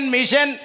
Mission